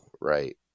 right